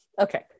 okay